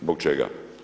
Zbog čega?